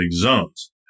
zones